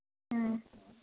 ꯎꯝ